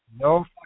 No